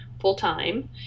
full-time